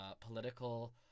political